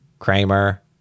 Kramer